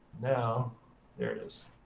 now her it is.